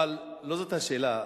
אבל לא זאת השאלה.